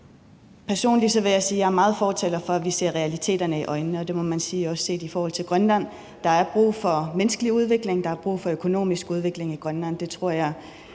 Personligt vil jeg sige, at jeg meget er fortaler for, at vi ser realiteterne i øjnene. Og man må også set i forhold til Grønland sige, at der er brug for menneskelig udvikling, der er brug for økonomisk udvikling i Grønland.